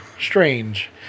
strange